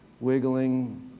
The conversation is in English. wiggling